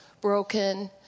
broken